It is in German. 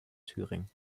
thüringen